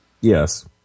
Yes